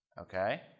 Okay